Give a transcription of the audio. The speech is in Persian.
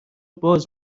باز